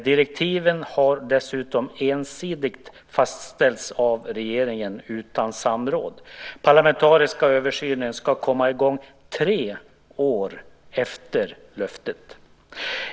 Direktiven har dessutom ensidigt fastställts av regeringen utan samråd. Den parlamentariska översynen ska komma i gång tre år efter löftet.